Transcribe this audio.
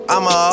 I'ma